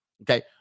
okay